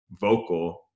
vocal